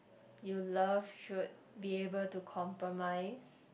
you love should be able to compromise